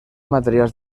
materials